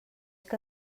que